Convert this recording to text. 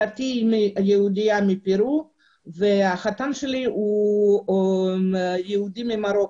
כלתי היא יהודייה מפרו והחתן שלי יהודי ממרוקו.